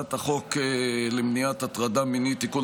הצעת החוק למניעת הטרדה מינית (תיקון,